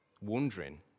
wondering